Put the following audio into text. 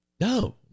No